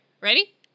Ready